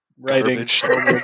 writing